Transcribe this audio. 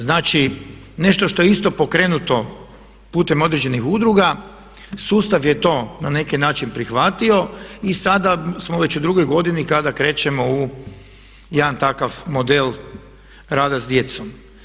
Znači nešto što je isto pokrenuto putem određenih udruga, sustav je to na neki način prihvatio i sada smo već u drugoj godini kada krećemo u jedan takav model rada s djecom.